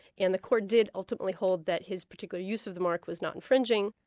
and the court did ultimately hold that his particular use of the mark was not infringing.